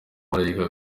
marayika